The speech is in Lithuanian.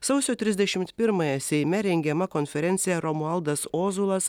sausio trisdešimt pirmąją seime rengiama konferencija romualdas ozolas